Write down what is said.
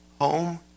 home